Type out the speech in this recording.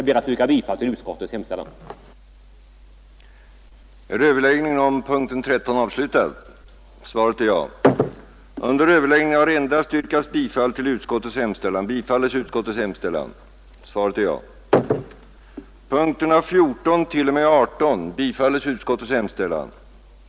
Jag ber att få yrka bifall till utskottets hemställan. 2. föranstaltade om att försöksoch forskningsarbetet kring nya skolbyggnadsmetoder intensifierades så att skolbyggnaderna kunde bli effektiva och anpassningsbara instrument för de olika skolformernas skiftande innehåll,